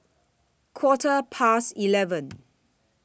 Quarter Past eleven